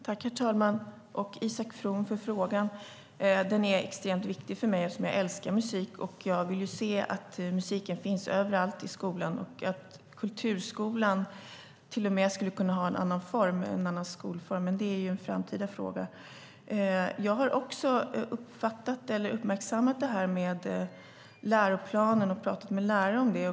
Herr talman! Jag tackar Isak From för frågan som är extremt viktig för mig eftersom jag älskar musik. Jag vill se att musiken finns överallt i skolan och anser att kulturskolan skulle kunna ha en annan skolform, men det är en framtida fråga. Jag har också uppmärksammat det här med läroplanen och talat med lärare om det.